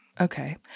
Okay